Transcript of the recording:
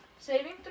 Saving